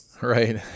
Right